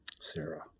Sarah